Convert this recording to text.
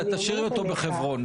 תשאירי אותו בחברון,